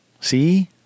see